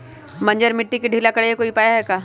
बंजर मिट्टी के ढीला करेके कोई उपाय है का?